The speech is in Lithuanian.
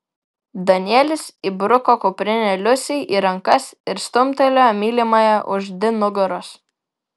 danielis įbruko kuprinę liusei į rankas ir stumtelėjo mylimąją už di nugaros